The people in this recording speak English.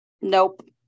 Nope